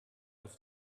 auf